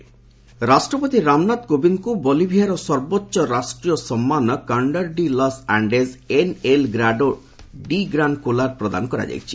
ପ୍ରେଜ୍ ବଲିଭିଆ ରାଷ୍ଟ୍ରପତି ରାମନାଥ କୋବିନ୍ଦଙ୍କୁ ବଲିଭିଆର ସର୍ବୋଚ୍ଚ ରାଷ୍ଟ୍ରୀୟ ସମ୍ମାନ 'କଣ୍ଠର୍ ଡି ଲସ୍ ଆଣ୍ଡେଜ୍ ଏନ୍ଏଲ୍ ଗ୍ରାଡୋ ଡି ଗ୍ରାନ୍ କୋଲାର୍' ପ୍ରଦାନ କରାଯାଇଛି